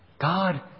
God